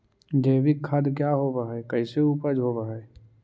जैविक खाद क्या होब हाय कैसे उपज हो ब्हाय?